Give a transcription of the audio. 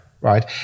right